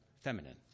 feminine